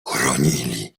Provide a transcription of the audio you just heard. chronili